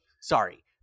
sorry